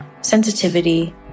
sensitivity